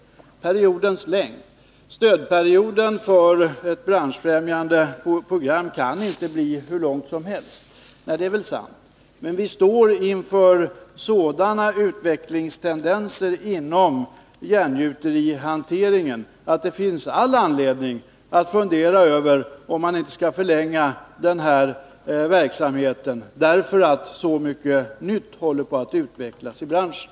Vad beträffar periodens längd vill jag säga att stödperioden för ett branschfrämjande program inte kan bli hur lång som helst — det är väl sant. Men vi står inför sådana utvecklingstendenser inom järngjuterihanteringen att det finns all anledning att fundera över om man inte skall förlänga verksamhetsperioden, därför att så mycket nytt håller på att utvecklas i branschen.